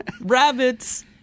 rabbits